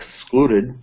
excluded